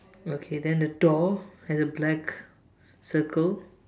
okay then the door has a black circle